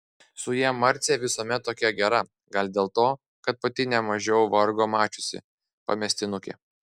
su ja marcė visuomet tokia gera gal dėl to kad pati nemažiau vargo mačiusi pamestinukė